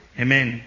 Amen